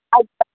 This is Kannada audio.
ಆಯ್ತು